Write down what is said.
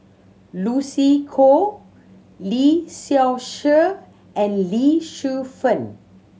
Lucy Koh Lee Seow Ser and Lee Shu Fen